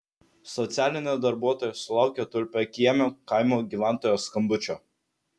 socialinė darbuotoja sulaukė tulpiakiemio kaimo gyventojos skambučio